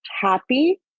happy